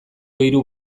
hiru